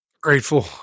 Grateful